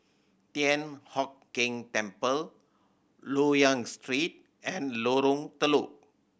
Thian Hock Keng Temple Loyang Street and Lorong Telok